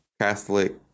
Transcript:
Catholic